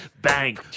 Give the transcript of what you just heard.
Bang